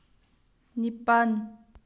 ꯅꯤꯄꯥꯟ